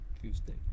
Tuesday